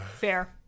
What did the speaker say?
fair